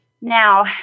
Now